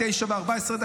21:14,